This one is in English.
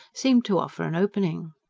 seemed to offer an opening.